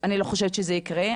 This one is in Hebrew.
ואני לא חושבת שזה יקרה,